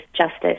Justice